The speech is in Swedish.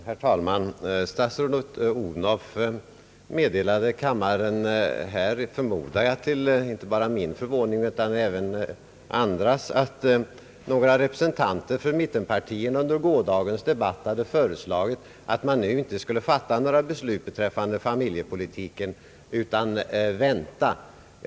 Herr talman! Statsrådet Odhnoff meddelade kammaren här — inte bara till min utan även till andras förvåning, förmodar jag — att några representanter för mittenpartierna under gårdagens debatt hade föreslagit att man inte nu skall fatta några beslut beträffande familjepolitiken utan vänta därmed.